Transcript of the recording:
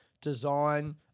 design